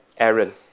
Aaron